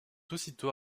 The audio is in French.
aussitôt